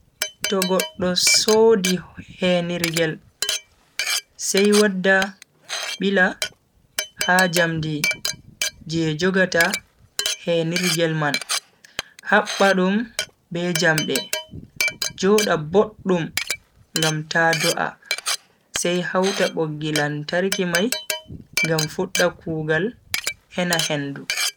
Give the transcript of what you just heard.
To goddo sodi heenirgel sai wadda bila ha jamdi je jogata heenirgel man habba dum be jamde, joda boddum ngam ta do'a. sai hauta boggi lantarki mai ngam fudda kugal hena hendu.